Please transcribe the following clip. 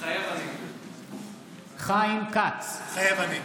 מתחייב אני חיים כץ, מתחייב אני